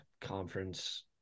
conference